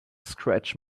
scratch